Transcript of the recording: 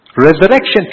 Resurrection